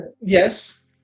Yes